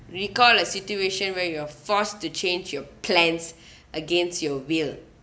recall a situation where you're forced to change your plans against your will